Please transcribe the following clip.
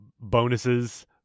bonuses